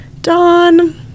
Dawn